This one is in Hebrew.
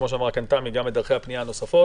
וכפי שאמרה כאן תמי גם את דרכי הפנייה הנוספות,